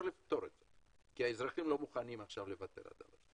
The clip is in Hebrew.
לפתור את זה כי האזרחים לא מוכנים לוותר על זה.